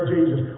Jesus